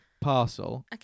parcel